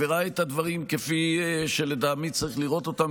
הוא ראה את הדברים כפי שלטעמי צריך לראות אותם,